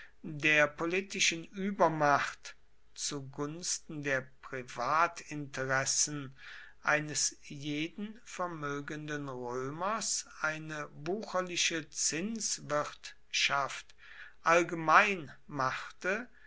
der politischen übermacht zu gunsten der privatinteressen eines jeden vermögenden römers eine wucherliche zinswirtschaft allgemein machte